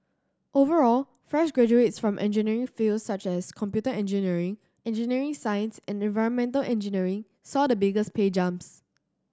overall fresh graduates from engineering fields such as computer engineering engineering science and environmental engineering saw the biggest pay jumps